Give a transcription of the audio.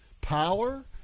power